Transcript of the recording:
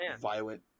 violent